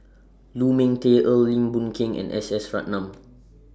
Lu Ming Teh Earl Lim Boon Keng and S S Ratnam